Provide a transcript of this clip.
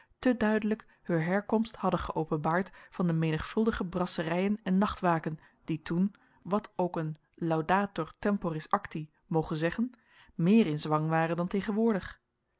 te duidelijk heur herkomst hadden geopenbaard van de menigvuldige brasserijen en nachtwaken die toen wat ook een laudator temporis acti moge zeggen meer in zwang waren dan tegenwoordig